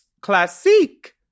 Classique